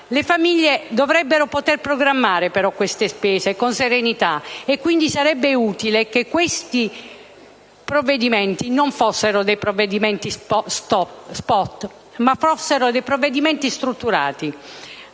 Le famiglie però dovrebbero poter programmare queste spese con serenità e quindi sarebbe utile che questi provvedimenti non fossero provvedimenti *spot* ma strutturali.